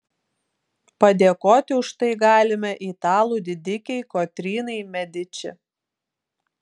padėkoti už tai galime italų didikei kotrynai mediči